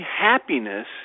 happiness